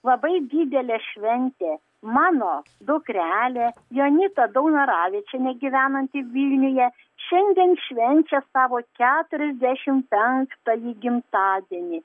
labai didelė šventė mano dukrelė jonita daunoravičienė gyvenanti vilniuje šiandien švenčia savo keturiasdešimt penktąjį gimtadienį